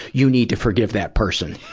you need to forgive that person